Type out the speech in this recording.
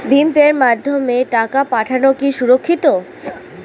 ভিম পের মাধ্যমে টাকা পাঠানো কি সুরক্ষিত?